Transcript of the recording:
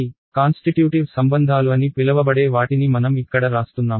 కాబట్టి కాన్స్టిట్యూటివ్ సంబంధాలు అని పిలవబడే వాటిని మనం ఇక్కడ రాస్తున్నాము